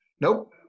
nope